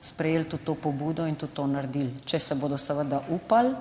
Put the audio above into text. sprejeli tudi to pobudo in tudi to naredili, če se bodo seveda upali,